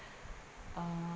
uh